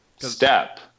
step